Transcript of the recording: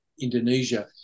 Indonesia